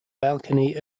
balcony